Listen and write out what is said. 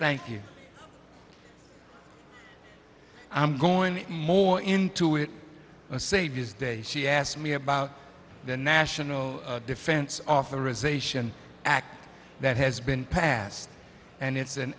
thank you i'm going more into it to save his day she asked me about the national defense authorization act that has been passed and it's an